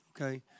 Okay